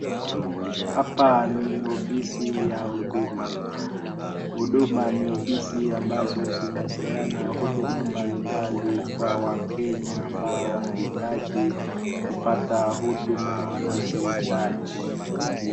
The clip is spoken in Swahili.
Hapa ni ofisi ya huduma. Huduma ni ofisi ambazo zinapeana huduma mbalimbali kwa wakenya ambao wanaitaji kupata huduma wanazoitaji.